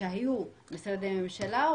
שהיו משרדי ממשלה,